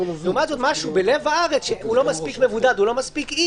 לעומת משהו בלב הארץ שהוא לא מספיק מבודד,